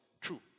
true